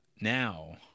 now